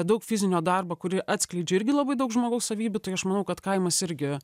daug fizinio darbo kurį atskleidžia irgi labai daug žmogaus savybių tai aš manau kad kaimas irgi